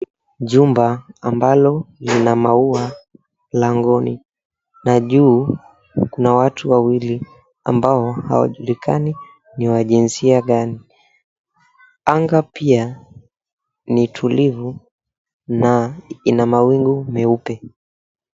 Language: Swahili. Jumba ambalo lina maua langoni, na juu kuna watu wawili ambao hawajulikani ni wa jinsia gani. Anga pia ni tulivu na ina mawingu meupe.